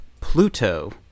Pluto